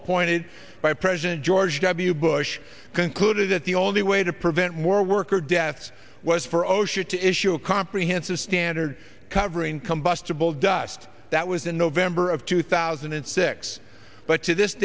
appointed by president george w bush concluded that the only way to prevent more worker deaths was for osha to issue a comprehensive standard covering combustible dust that was in november of two thousand and six but to this